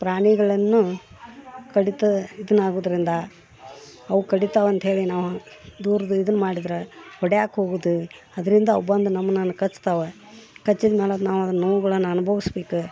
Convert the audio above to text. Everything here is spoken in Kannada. ಪ್ರಾಣಿಗಳನ್ನು ಕಡಿತ ಇದನಾಗೋದ್ರಿಂದ ಅವು ಕಡಿತಾವಂತ್ಹೇಳಿ ನಾವು ದೂರದ್ದು ಇದನ್ನು ಮಾಡಿದ್ರೆ ಹೊಡೆಯೋಕೋಗುದು ಅದರಿಂದ ಅವು ಬಂದು ನಮ್ಮನ್ನು ಕಚ್ತಾವೆ ಕಚ್ಚಿದ್ಮೇಲೆ ಅದು ನಾವು ಅದನ್ನು ನೋವುಗಳನ ಅನ್ಬೋಸ್ಬೇಕು